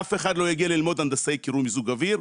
אף אחד לא יגיע ללמוד הנדסאי קירור ומיזוג אוויר,